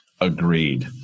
Agreed